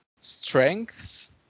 strengths